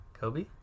Kobe